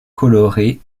colorées